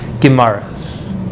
Gemara's